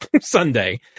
Sunday